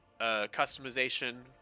customization